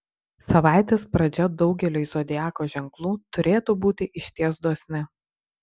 savaitės pradžia daugeliui zodiako ženklų turėtų būti išties dosni